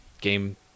game